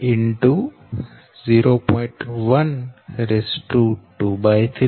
0473 m થશે